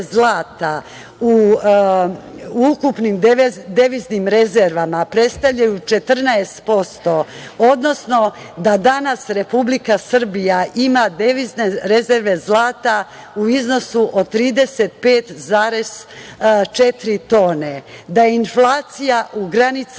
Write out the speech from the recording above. zlata u ukupnim deviznim rezervama predstavljaju 14%, odnosno da danas Republika Srbija ima devizne rezerve zlata u iznosu od 35,4 T, da je inflacija u granicama